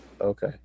Okay